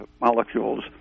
molecules